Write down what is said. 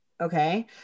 okay